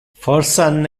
forsan